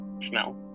smell